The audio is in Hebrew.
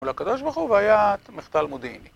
מול הקדוש ברוך הוא והיה מחדל מודיעיני